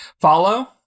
Follow